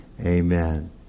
Amen